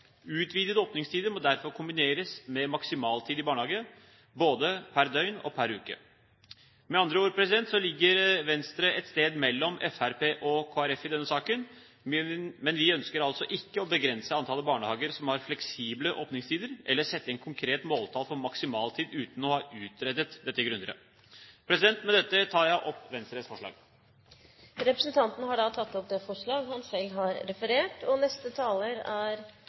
åpningstider må derfor kombineres med maksimaltid i barnehager, både pr. døgn og pr. uke.» Med andre ord ligger Venstre et sted mellom Fremskrittspartiet og Kristelig Folkeparti i denne saken. Vi ønsker altså ikke å begrense antallet barnehager som har fleksible åpningstider, eller sette et konkret måltall for maksimaltid uten å ha utredet dette grundigere. Med dette tar jeg opp Venstres forslag. Representanten Abid Q. Raja har tatt opp det forslaget han refererte. Dette forslaget tar utgangspunkt i at det skulle være et stort problem at det er